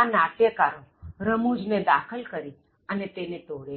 આ નાટ્યકારો રમૂજ દાખલ કરી ને તેને તોડે છે